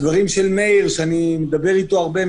הדברים של מאיר יצחק הלוי, שאני מדבר איתו הרבה,